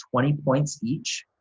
twenty points each,